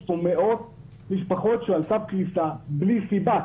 יש פה מאות משפחות שעל סף קריסה בלי סיבה,